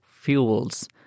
fuels